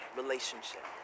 relationship